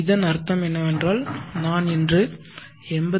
இதன் அர்த்தம் என்னவென்றால் நான் இன்று 86